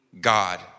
God